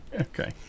Okay